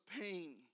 pain